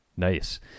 Nice